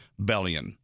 Bellion